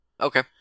Okay